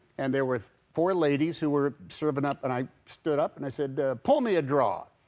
and there were four ladies who were serving up and i stood up, and i said pull me a draw.